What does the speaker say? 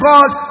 God